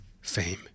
fame